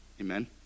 Amen